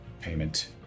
Payment